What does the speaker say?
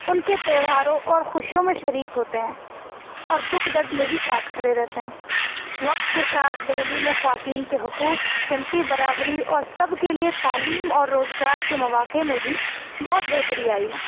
ان کے تہوہاروں اور خوشیوں میں شریک ہوتے ہیں اور دکھ درد میں بھی ساتھ کھڑے رہتے ہیں وقت کے ساتھ دلی میں خواتین کے حقوق صنفی برابری اور سب کے لیے تعلیم اور روزگار کے مواقع میں بھی بہت بہتری آئی ہے